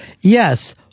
Yes